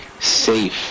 safe